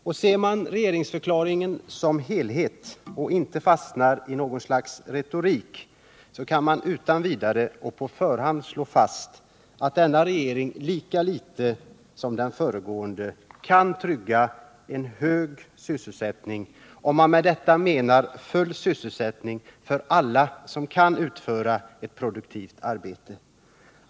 Och ser man regeringsförklaringen som helhet och inte fastnar i något slags retorik, så kan man utan vidare och på förhand slå fast att denna regering lika litet som den föregående kan trygga en hög sysselsättning, om man därmed menar full sysselsättning för alla som kan utföra ett produktivt arbete.